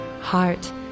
heart